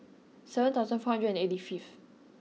seven thousand four hundred and eighty fifth